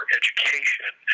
education